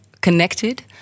connected